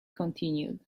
continued